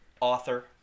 author